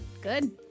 Good